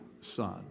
Son